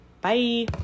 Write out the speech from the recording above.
Bye